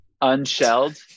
unshelled